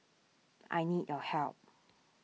I need your help